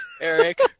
Eric